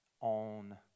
on